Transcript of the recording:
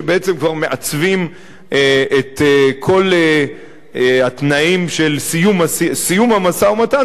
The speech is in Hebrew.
שכבר מעצבים את כל התנאים של סיום המשא-ומתן